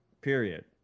Period